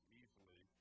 easily